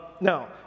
Now